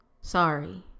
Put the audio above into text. Sorry